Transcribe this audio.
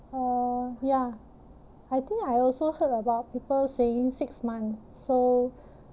uh ya I think I also heard about people saying six month so